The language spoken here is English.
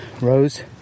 Rose